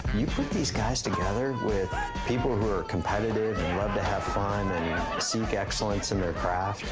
you put these guys together with people who are competitive and love to have fun and seek excellence in their craft,